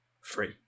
free